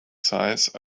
size